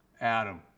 Adam